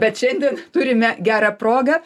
bet šiandien turime gerą progą